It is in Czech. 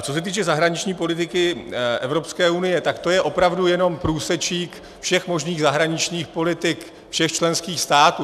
Co se týče zahraniční politiky Evropské unie, tak to je opravdu jenom průsečík všech možných zahraničních politik všech členských států.